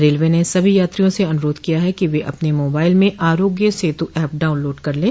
railway ने सभी यात्रियों से अनुरोध किया है कि वे अपने मोबाइल में आरोग्य सेतु एप डाउनलोड कर लें